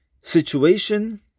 situation